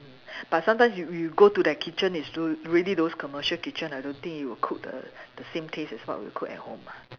mm but sometimes you you go to their kitchen is re~ really those commercial kitchen I don't think you will cook the the same taste as what we'll cook at home ah